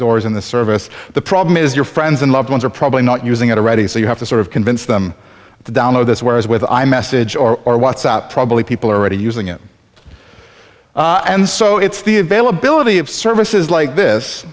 doors in the service the problem is your friends and loved ones are probably not using it already so you have to sort of convince them to download this whereas with a message or or what's out probably people are already using it and so it's the availability of services like this